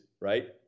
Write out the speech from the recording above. Right